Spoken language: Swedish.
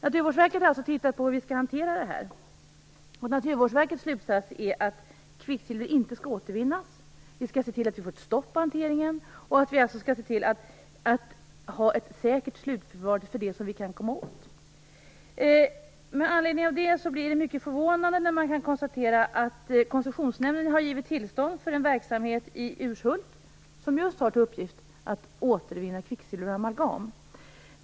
Naturvårdsverket har alltså tittat på hur vi skall hantera det här. Slutsatsen är att kvicksilver inte skall återvinnas. Vi skall se till att få ett stopp på hanteringen. Vi skall också se till att ha ett säkert slutförvar för det som vi kan komma åt. Med anledning av detta är det förvånande att konstatera att Koncessionsnämnden har givit tillstånd för verksamhet i Urshult vars uppgift just är att återvinna kvicksilver ur amalgam.